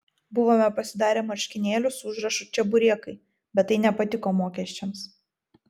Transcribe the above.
buvome pasidarę marškinėlius su užrašu čeburekai bet tai nepatiko mokesčiams